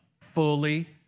fully